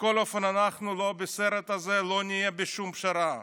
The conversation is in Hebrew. בכל אופן, אנחנו לא בסרט הזה, לא נהיה בשום פשרה.